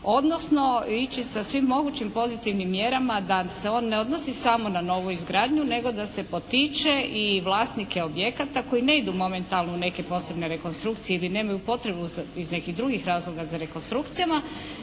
odnosno ići sa svim mogućim pozitivnim mjerama da se on ne odnosi samo na novu izgradnju nego da se potiče i vlasnike objekata koji ne idu momentalno u neke posebne rekonstrukcije ili nemaju potrebu iz nekih drugih razloga za rekonstrukcijama